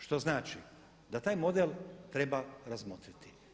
Što znači da taj model treba razmotriti.